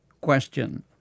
Question